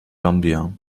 gambia